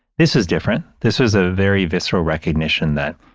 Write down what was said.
this is different. this is a very visceral recognition that,